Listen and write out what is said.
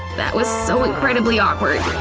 that was so incredibly awkward!